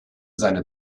seine